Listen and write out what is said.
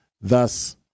Thus